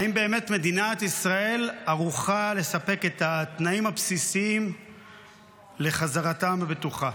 האם באמת מדינת ישראל ערוכה לספק את התנאים הבסיסיים לחזרתם הבטוחה?